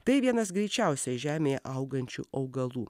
tai vienas greičiausiai žemėje augančių augalų